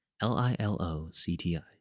l-i-l-o-c-t-i